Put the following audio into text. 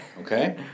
Okay